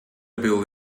build